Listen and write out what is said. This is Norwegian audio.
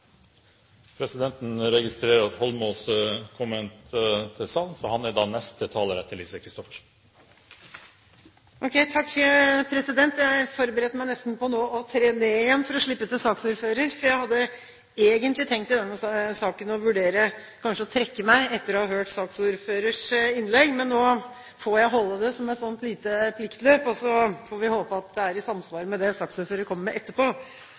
Presidenten registrerer at Heikki Holmås nå er kommet i salen, så han er da neste taler etter Lise Christoffersen. Jeg forberedte meg nå på å tre ned igjen for å slippe til saksordføreren, for jeg hadde egentlig tenkt å vurdere å trekke innlegget mitt i denne saken etter å ha hørt saksordførerens innlegg, men nå får jeg holde det, som et lite pliktløp, og så får vi håpe at det er i samsvar med det saksordføreren kommer med etterpå.